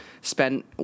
spent